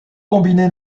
combiné